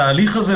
התהליך הזה,